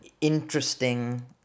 interesting